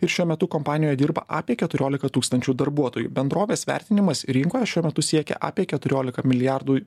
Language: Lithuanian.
ir šiuo metu kompanijoje dirba apie keturiolika tūkstančių darbuotojų bendrovės vertinimas rinkoje šiuo metu siekia apie keturiolika milijardų